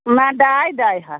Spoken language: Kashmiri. نہَ ڈاے ڈاے ہَتھ